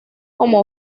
como